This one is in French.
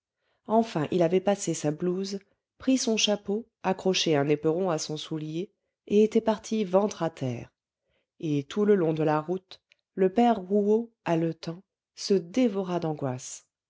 enfin il avait passé sa blouse pris son chapeau accroché un éperon à son soulier et était parti ventre à terre et tout le long de la route le père rouault haletant se dévora d'angoisses